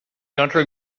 country